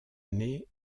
année